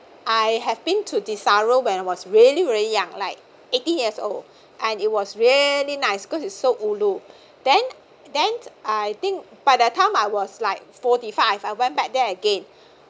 I have been to desaru when I was really really young like eighteen years old and it was really nice because it's so ulu then then I think by that time I was like forty five I went back there again